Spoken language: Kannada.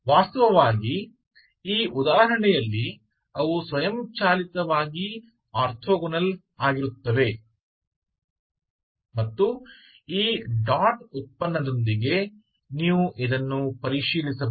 ವಾಸ್ತವವಾಗಿ ಈ ಉದಾಹರಣೆಯಲ್ಲಿ ಅವು ಸ್ವಯಂಚಾಲಿತವಾಗಿ ಆರ್ಥೋಗೋನಲ್ ಆಗಿರುತ್ತವೆ ಮತ್ತು ಈ ಡಾಟ್ ಉತ್ಪನ್ನದೊಂದಿಗೆ ನೀವು ಪರಿಶೀಲಿಸಬಹುದು